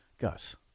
Gus